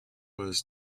was